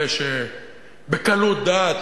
אלה שבקלות דעת,